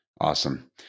Awesome